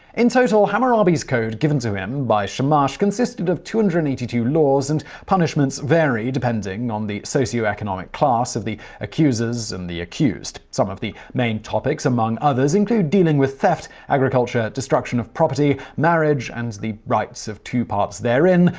in total, hammurabi's code given to him by shamashconsisted of two hundred and eighty two laws, and punishments varying depending on the socioeconomic class of the accusers and the accused. some of the main topics, among others, include dealing with theft, agriculture, destruction of property, marriage and the rights of the two parts therein,